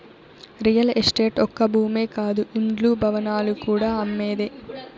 real estate ఒక్క భూమే కాదు ఇండ్లు, భవనాలు కూడా అమ్మేదే